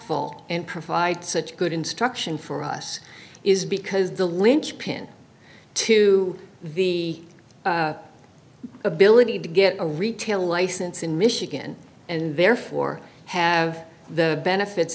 ful and provide such good instruction for us is because the linchpin to the ability to get a retail license in michigan and therefore have the benefits